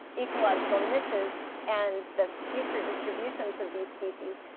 ecological niches and the future distributions of these species,